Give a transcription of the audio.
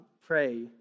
pray